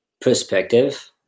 perspective